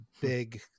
big